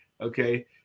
Okay